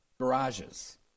garages